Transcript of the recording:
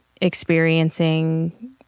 experiencing